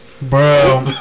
Bro